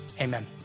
Amen